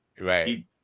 right